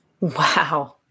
Wow